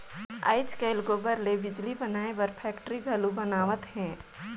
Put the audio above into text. आयज कायल गोबर ले बिजली बनाए बर फेकटरी घलो बनावत हें